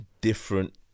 different